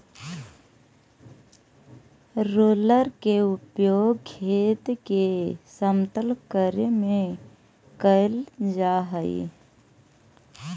roller के उपयोग खेत के समतल करे में कैल जा हई